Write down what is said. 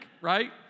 right